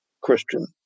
Christian